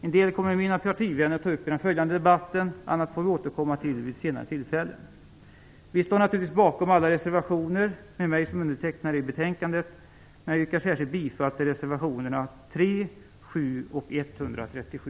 En del kommer mina partivänner att ta upp i den följande debatten; annat får vi återkomma till vid senare tillfällen. Vi står naturligtvis bakom alla reservationer till betänkandet med mig som undertecknare, men jag yrkar särskilt bifall till reservationerna 3, 7 och 137.